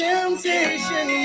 Temptation